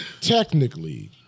technically